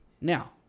Now